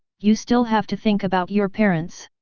you still have to think about your parents.